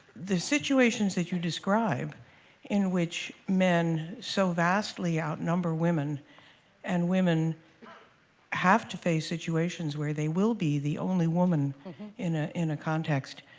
the situations that you describe in which men so vastly outnumber women and women have to face situations where they will be the only woman in ah in a context,